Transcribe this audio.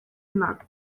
martyr